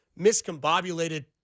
miscombobulated